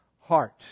heart